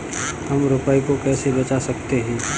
हम रुपये को कैसे बचा सकते हैं?